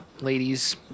ladies